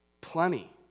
Plenty